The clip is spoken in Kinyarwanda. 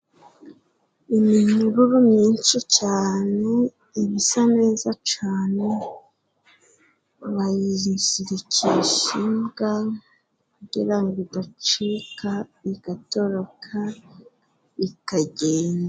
Iminyururu myinshi cane ibisa neza cane, bayizirikisha imbwa kugira ngo idacika igatoroka ikagenda.